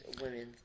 Women